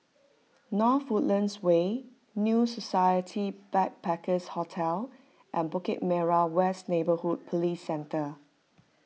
North Woodlands Way New Society Backpackers' Hotel and Bukit Merah West Neighbourhood Police Centre